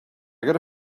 gotta